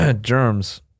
germs